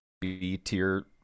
b-tier